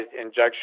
injection